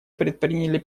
предприняли